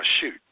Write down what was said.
shoot